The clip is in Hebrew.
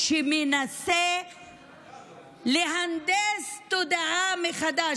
שמנסה להנדס תודעה מחדש.